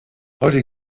heute